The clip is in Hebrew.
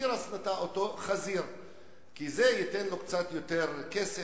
חזיר למקום של התירס, כי זה ייתן לו קצת יותר כסף.